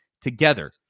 together